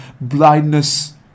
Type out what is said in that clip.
blindness